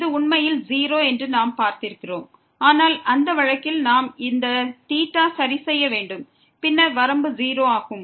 இது உண்மையில் 0 என்று நாம் பார்த்திருக்கிறோம் ஆனால் அந்த வழக்கில் நாம் இந்த θஐ சரிசெய்ய வேண்டும் பின்னர் வரம்பு 0 ஆகும்